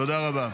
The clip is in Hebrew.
תודה רבה.